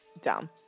dumb